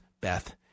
Beth